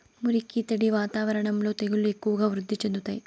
మురికి, తడి వాతావరణంలో తెగుళ్లు ఎక్కువగా వృద్ధి చెందుతాయి